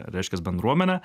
reiškias bendruomenę